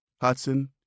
Hudson